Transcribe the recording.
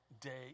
day